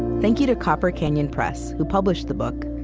thank you to copper canyon press, who published the book,